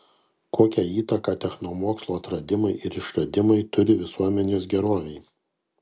kokią įtaką technomokslo atradimai ir išradimai turi visuomenės gerovei